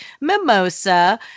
mimosa